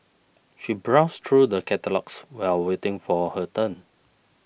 she browsed through the catalogues while waiting for her turn